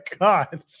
God